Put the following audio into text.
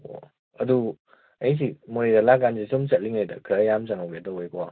ꯑꯣ ꯑꯗꯨ ꯑꯩꯁꯤ ꯃꯣꯔꯦꯗ ꯂꯥꯛꯏꯀꯥꯟꯗ ꯁꯨꯝ ꯆꯠꯂꯤꯉꯩꯗ ꯈꯔ ꯌꯥꯝ ꯆꯪꯍꯧꯒꯦ ꯇꯧꯕꯩꯀꯣ